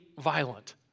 violent